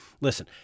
Listen